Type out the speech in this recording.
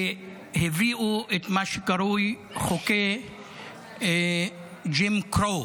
והביאו את מה שקרוי "חוקי ג'ים קרואו".